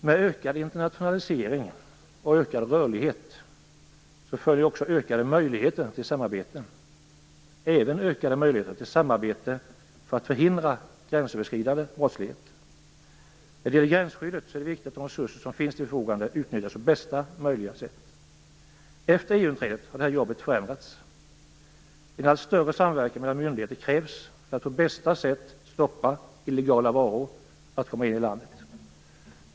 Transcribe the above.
Med ökad internationalisering och ökad rörlighet följer också ökade möjligheter till samarbete, även för att förhindra gränsöverskridande brottslighet. När det gäller gränsskyddet är det viktigt att de resurser som finns till förfogande utnyttjas på bästa möjliga sätt. Efter EU-inträdet har jobbet förändrats. En allt större samverkan mellan myndigheter krävs för att på bästa sätt stoppa illegala varor från att komma in i landet.